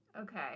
okay